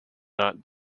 not